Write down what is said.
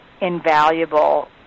invaluable